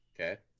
Okay